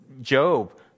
Job